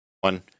one